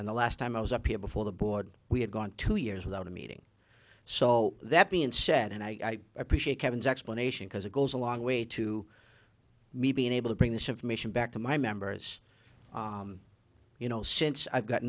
and the last time i was up here before the board we had gone two years without a meeting so that being said and i appreciate kevin's explanation because it goes a long way to me being able to bring this information back to my members you know since i've got